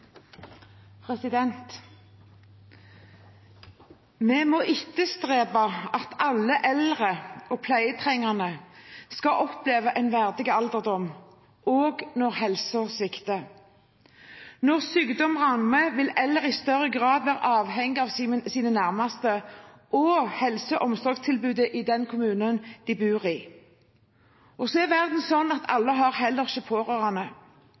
Vi må etterstrebe at alle eldre og pleietrengende skal oppleve en verdig alderdom også når helsen svikter. Når sykdom rammer, vil eldre i større grad være avhengig av sine nærmeste og helse- og omsorgstilbudet i den kommunen de bor i. Men verden er slik at ikke alle har